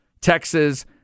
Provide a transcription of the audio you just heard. Texas